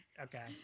Okay